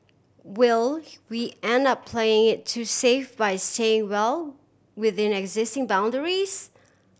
will we end up playing it too safe by staying well within existing boundaries